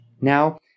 Now